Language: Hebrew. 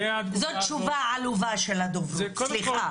זאת תשובה עלובה של הדוברות, סליחה.